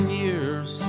years